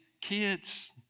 kids